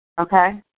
Okay